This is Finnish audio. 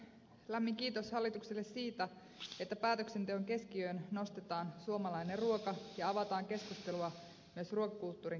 lämmin kiitos hallitukselle siitä että päätöksenteon keskiöön nostetaan suomalainen ruoka ja avataan keskustelua myös ruokakulttuurin kehittämisen osalta